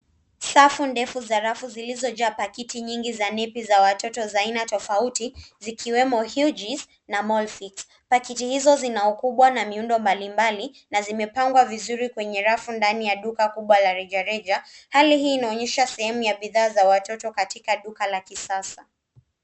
Safu ndefu za rafu zilizojaa pakiti nyingi za nepi za watoto za aina tofauti zikiwemo hughees na molfix pakiti hizo zinaukubwa na miundo mbali mbali na zimepangwa vizuri kwenye rafu ndani ya duka kubwa la reja reja hali hii inaonyesha sehemu ya bidhaa za watoto katika duka la kisasa